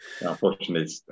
Unfortunately